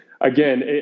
again